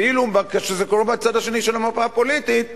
ואילו כשזה קורה בצד השני של המפה הפוליטית,